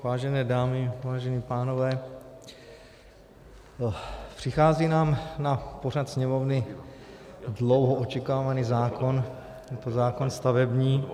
Vážené dámy, vážení pánové, přichází nám na pořad Sněmovny dlouho očekávaný zákon, je to zákon stavební.